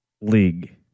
league